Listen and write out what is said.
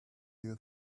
you